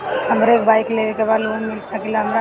हमरा एक बाइक लेवे के बा लोन मिल सकेला हमरा?